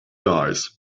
dice